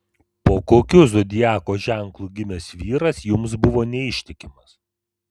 po kokiu zodiako ženklu gimęs vyras jums buvo neištikimas